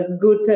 good